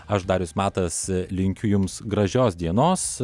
aš darius matas linkiu jums gražios dienos